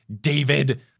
David